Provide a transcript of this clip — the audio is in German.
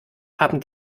haben